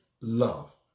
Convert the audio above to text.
love